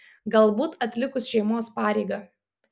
galbūt atlikus šeimos pareigą